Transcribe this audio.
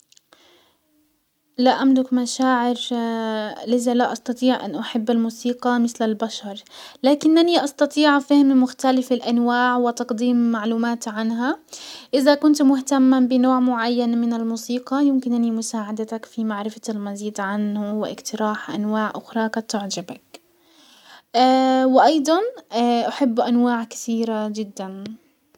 لا املك مشاعر لزا لا استطيع ان احب الموسيقى مسل البشر، لكنني استطيع فهم مختلف الانواع وتقديم معلومات عنها. ازا كنت مهتما بنوع معين من الموسيقى يمكنني مساعدتك في معرفة المزيد عنه و اقتراح انواع اخرى قد تعجبك، وايضا احب انواع كثيرة جدا.